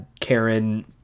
Karen